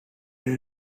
buen